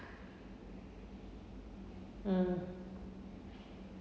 mm